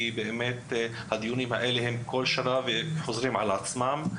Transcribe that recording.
כי באמת שהדיונים האלה מתקיימים כל שנה והם חוזרים על עצמם.